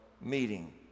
meeting